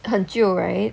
很久 right